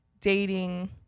dating